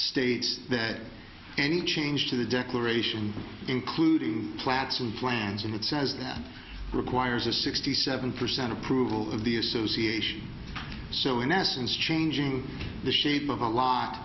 states that any change to the declaration including plants and plans and it says that requires a sixty seven percent approval of the association so in essence changing the shape of a l